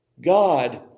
God